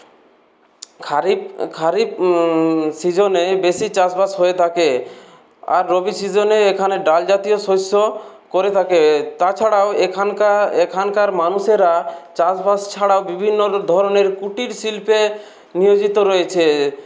খারিফ খারিফ সিজনে বেশি চাষবাস হয়ে থাকে আর রবি সিজনে এখানে ডাল জাতীয় শস্য করে থাকে তাছাড়াও এখানকার এখানকার মানুষেরা চাষবাস ছাড়াও বিভিন্নর ধরনের কুটির শিল্পে নিয়োজিত রয়েছে